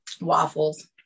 waffles